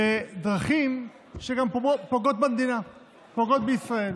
בדרכים שפוגעות במדינה, פוגעות בישראל.